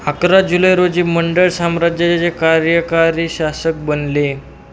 अकरा जुलै रोजी मंडळ साम्राज्याचे कार्यकारी शासक बनले